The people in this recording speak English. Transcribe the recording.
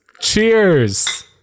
Cheers